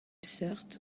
seurt